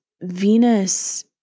Venus